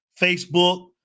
Facebook